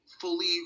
fully